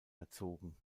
erzogen